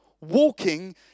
walking